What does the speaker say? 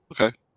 Okay